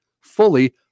fully